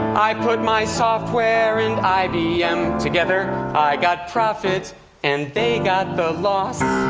i put my software and ibm together i got profit and they got the loss.